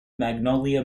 magnolia